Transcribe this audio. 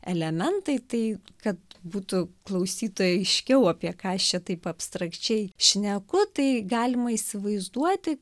elementai tai kad būtų klausytojui aiškiau apie ką aš čia taip abstrakčiai šneku tai galima įsivaizduoti